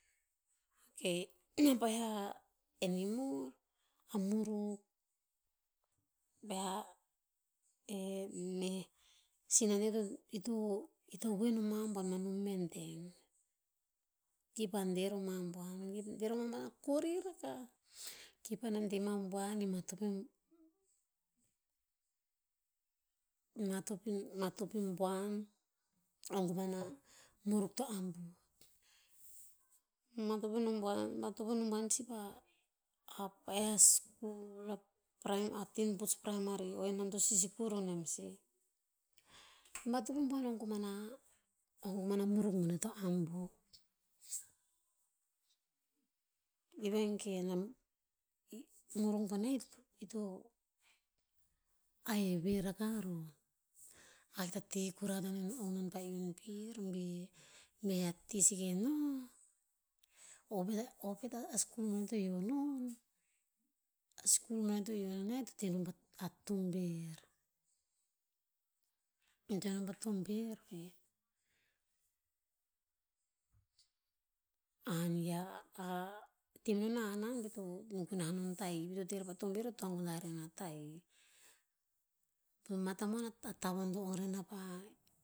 Ok a pa'eh a animal, a muruk e meh sinan neo to, i to- i to voen o mah bua n manu madang. Ki pah de ro mah buan. Ki de ro mah buan a kori rakah. Ki paena de mah buan, i matop, i matop, i matop, i buan. Ong koman a muruk to abuh. Matop i no buan matop i no nah buan sih pah pa'eh a skul, a tinputz primary. O e nom to sisikur o nem sih. Matop i buan ong koman a'ong koman a muruk boneh to abuh. I ve gen a, i, muruk boneh i, i to, a heheve rakah roh. Ahik ta ti kura to antoen ong noma pah iun pir bi, bea ti seke no. O pet a- o pet a skur boneh to yio non, a skur boneh to yio non e, to te non pa, a tober. I te non pah tober ok, a han hiav te menon a hanan ve to gunah non tahi pi to te rer pa tober to toa gunah rer na tahi. Pama tamuan a, a tavon to ong re na pa